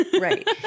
Right